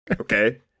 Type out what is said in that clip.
Okay